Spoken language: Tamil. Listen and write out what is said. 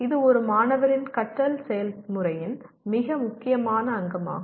இது ஒரு மாணவரின் கற்றல் செயல்முறையின் மிக முக்கியமான அங்கமாகும்